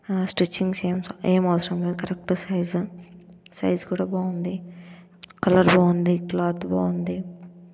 stitching సీన్స్ ఏం అవసరమే కరెక్ట్ సైజు సైజు కూడా బాగుంది కలర్ బాగుంది క్లాత్ బాగుంది